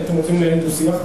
אתם רוצים לנהל דו-שיח?